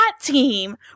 team